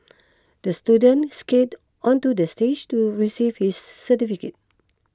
the student skated onto the stage to receive his certificate